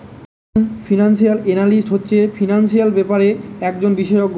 একজন financial analyst হচ্ছে financial ব্যাপারে একজন বিশেষজ্ঞ